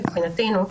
מבחינתנו,